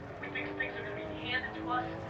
we think things are to be handed to us.